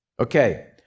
Okay